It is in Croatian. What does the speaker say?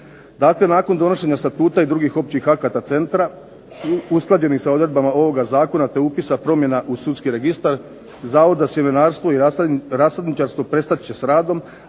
Dakle nakon donošenja statuta i drugih općih akata centra, usklađenih sa odredbama ovoga zakona, te upisa promjena u sudski registar, Zavod za sjemenarstvo i rasadničarstvo prestat će s radom,